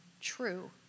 true